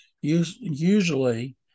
Usually